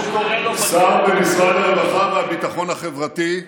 שר במשרד הרווחה והביטחון החברתי,